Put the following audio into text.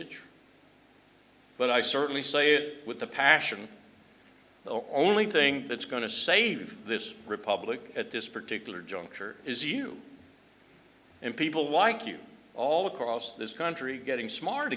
it but i certainly say it with the passion the only thing that's going to save this republic at this particular juncture is you and people like you all across this country getting smart